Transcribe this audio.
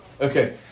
Okay